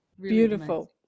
Beautiful